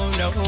no